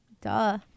Duh